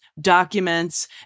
documents